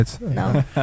no